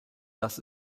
das